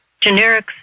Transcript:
generics